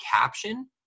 caption